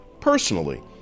Personally